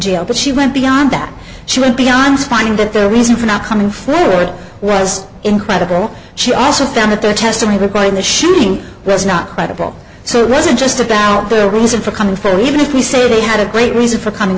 jail but she went beyond that she beyond's find that their reason for not coming florida was incredible she also found that their testimony replaying the shooting was not credible so it wasn't just about their reason for coming fairly even if you say they had a great reason for coming